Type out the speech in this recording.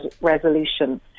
resolution